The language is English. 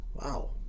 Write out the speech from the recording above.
Wow